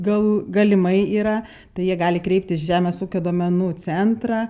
gal galimai yra tai jie gali kreiptis į žemės ūkio duomenų centrą